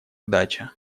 дача